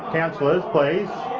councillors, please.